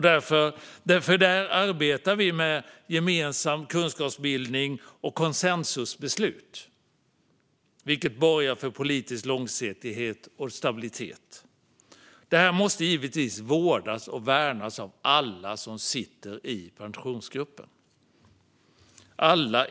Där arbetar vi med gemensam kunskapsbildning och konsensusbeslut, vilket borgar för politisk långsiktighet och stabilitet. Detta måste givetvis vårdas och värnas av alla ingående partier i Pensionsgruppen.